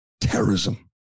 terrorism